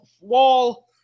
wall